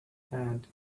had